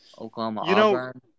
Oklahoma-Auburn